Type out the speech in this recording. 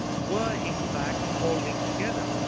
were in fact holding together.